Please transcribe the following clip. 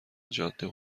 جاده